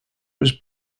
was